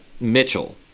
Mitchell